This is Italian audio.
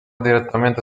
direttamente